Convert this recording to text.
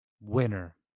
winner